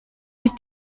die